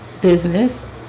business